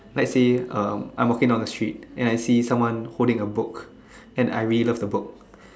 let's say um I'm walking down the street and I see someone else holding a book and I really love the book